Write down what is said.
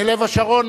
מלב-השרון,